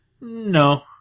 No